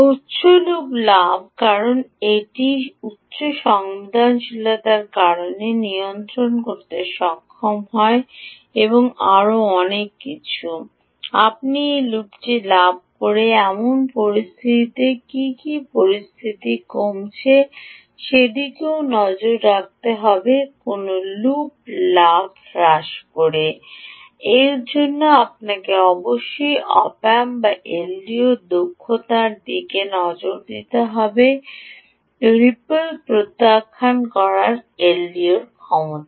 উচ্চ লুপ লাভ কারণ এটির উচ্চ সংবেদনশীলতার কারণে নিয়ন্ত্রণ করতে সক্ষম এবং আরও অনেক কিছু আপনি এই লুপটি লাভ করে এমন পরিস্থিতিতে কী কী পরিস্থিতি কমছে সেদিকেও নজর রাখতে হবে কোন লুপ লাভ হ্রাস করে এর জন্য আপনাকে অবশ্যই অপ অ্যাম্প বা এলডিও র দক্ষতার দিকে নজর দিতে হবে রিপল প্রত্যাখ্যান করার এলডিওর ক্ষমতা